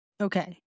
Okay